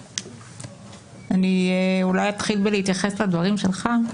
אני אולי אתחיל להתייחס לדברים שלך: